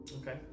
Okay